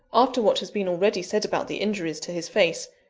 after what has been already said about the injuries to his face,